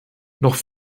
noch